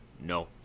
no